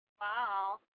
Wow